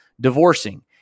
divorcing